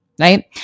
right